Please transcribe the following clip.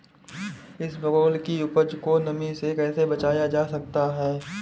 इसबगोल की उपज को नमी से कैसे बचाया जा सकता है?